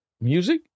Music